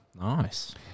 Nice